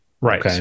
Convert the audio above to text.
Right